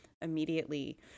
immediately